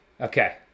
Okay